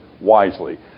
wisely